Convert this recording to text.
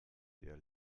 der